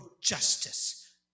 justice